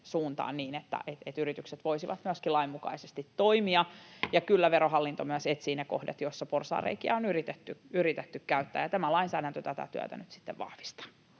niin, että yritykset voisivat myöskin lainmukaisesti toimia, ja kyllä Verohallinto myös etsii ne kohdat, joissa porsaanreikiä on yritetty käyttää. Tämä lainsäädäntö tätä työtä nyt sitten vahvistaa.